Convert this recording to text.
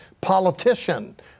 politician